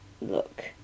look